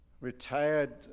Retired